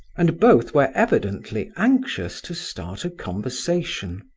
and both were evidently anxious to start a conversation.